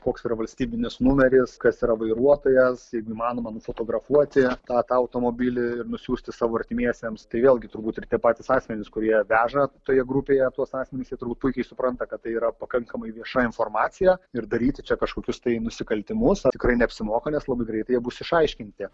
koks yra valstybinis numeris kas yra vairuotojas jeigu įmanoma nufotografuoti tą automobilį ir nusiųsti savo artimiesiems tai vėlgi turbūt ir tie patys asmenys kurie veža toje grupėje tuos asmenis jie turbūt puikiai supranta kad tai yra pakankamai vieša informacija ir daryti čia kažkokius tai nusikaltimus tikrai neapsimoka nes labai greitai jie bus išaiškinti